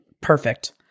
Perfect